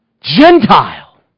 Gentile